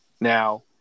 now